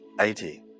Eighty